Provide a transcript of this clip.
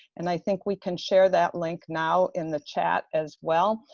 and i think we can share that link now in the chat as well.